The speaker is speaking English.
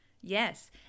yes